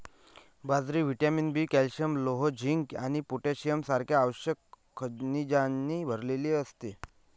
बाजरी vitamin B, calcium, लोह, zinc आणि पोटॅशियम सारख्या आवश्यक खनिजांनी भरलेली असते